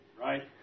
Right